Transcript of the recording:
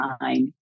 mind